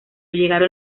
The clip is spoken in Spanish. llegaron